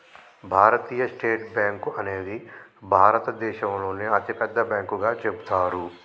భారతీయ state bank అనేది భారతదేశంలోనే అతిపెద్ద బ్యాంకుగా చెబుతారు